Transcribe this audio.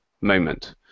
moment